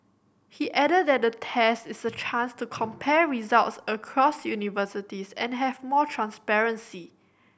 he added that the test is a chance to compare results across universities and have more transparency